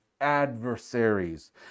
adversaries